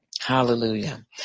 Hallelujah